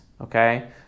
okay